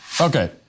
Okay